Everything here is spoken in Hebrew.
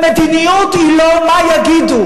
ומדיניות היא לא "מה יגידו".